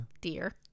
Dear